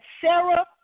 Sarah